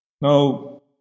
Now